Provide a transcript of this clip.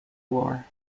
war